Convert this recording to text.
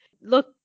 Look